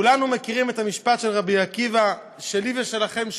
כולנו מכירים את המשפט של רבי עקיבא: שלי ושלכם,